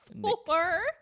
Four